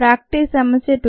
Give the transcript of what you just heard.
practice సమస్య 2